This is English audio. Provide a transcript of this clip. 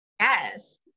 yes